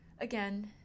Again